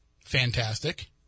fantastic